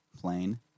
plane